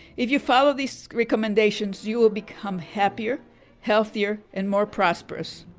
if you follow these recommendations you will become happier healthier and more prosperous.